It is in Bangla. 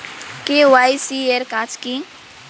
কে.ওয়াই.সি এর কাজ কি?